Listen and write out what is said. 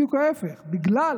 בדיוק ההפך, בגלל